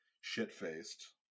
shit-faced